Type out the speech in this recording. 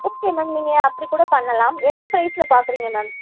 okay ma'am நீங்கள் அப்படி கூட பண்ணலாம் எந்த ப்ரைஸில் பார்க்குறீங்க மேம்